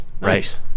Right